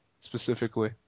specifically